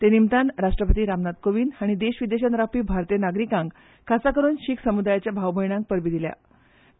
ते निमतान राष्ट्रपती रामनाथ कोविंद हाणी देश विदेशान रावपी भारतीय नागरिकांक खासा करून शिख समुदायाच्या भाव भयणांक परबी भेटयल्या